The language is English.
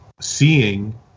seeing